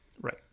Right